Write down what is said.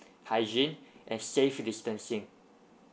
hygiene and safe distancing